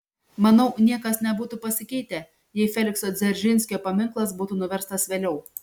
manau niekas nebūtų pasikeitę jei felikso dzeržinskio paminklas būtų nuverstas vėliau